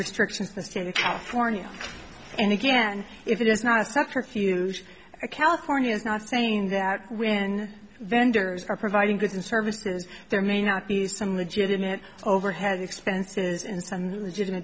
restrictions the state of california and again if it is not a subterfuge california is not saying that when vendors are providing goods and services there may not be some legitimate overhead expenses in